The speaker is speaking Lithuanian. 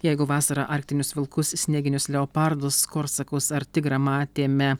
jeigu vasarą arktinius vilkus snieginius leopardus korsakus ar tigrą matėme